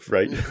Right